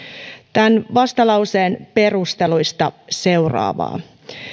tämän vastalauseen perusteluista seuraavaa